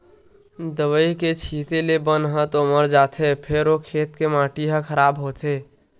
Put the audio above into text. दवई के छिते ले बन ह तो मर जाथे फेर ओ खेत के माटी ह खराब होथे